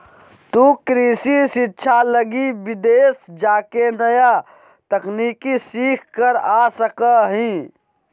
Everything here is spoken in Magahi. तु कृषि शिक्षा लगी विदेश जाके नया तकनीक सीख कर आ सका हीं